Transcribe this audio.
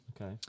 okay